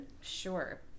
Sure